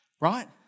right